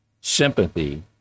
sympathy